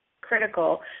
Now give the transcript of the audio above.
critical